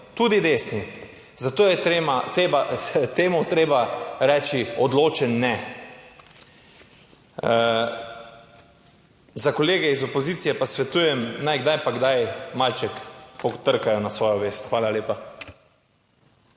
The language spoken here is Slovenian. tudi desni, zato je treba temu treba reči odločen ne. Za kolege iz opozicije pa svetujem, naj kdaj pa kdaj malček trkajo na svojo vest. Hvala lepa.